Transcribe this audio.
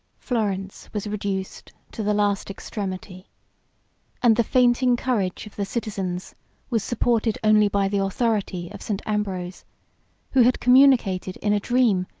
florence was reduced to the last extremity and the fainting courage of the citizens was supported only by the authority of st. ambrose who had communicated, in a dream,